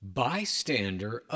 bystander